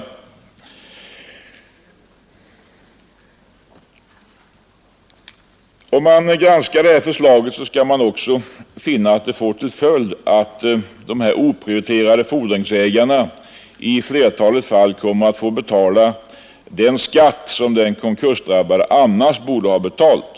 17 december 1971 Om man granskar förslaget skall man också finna att det får till följd att de oprioriterade fordringsägarna i flertalet fall kommer att få betala Lag om förmånsden skatt som den konkursdrabbade annars skulle ha betalt.